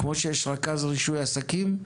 כמו שיש רכז רישוי עסקים,